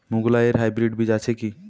মুগকলাই এর হাইব্রিড বীজ আছে কি?